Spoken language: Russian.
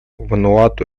вануату